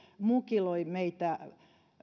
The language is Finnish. mukiloi meitä